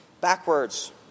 backwards